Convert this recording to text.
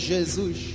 Jesus